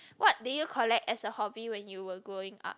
what did you collect as a hobby when you were growing up